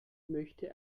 möchte